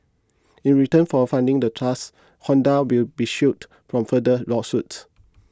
in return for funding the trust Honda will be shielded from further lawsuits